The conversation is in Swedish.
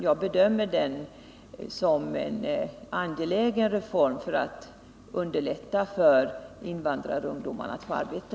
Jag bedömer det som en angelägen reform för att underlätta för invandrarungdomarna att få arbete.